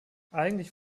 eigentlich